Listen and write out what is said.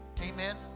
Amen